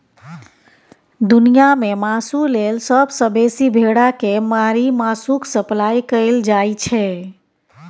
दुनियाँ मे मासु लेल सबसँ बेसी भेड़ा केँ मारि मासुक सप्लाई कएल जाइ छै